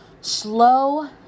slow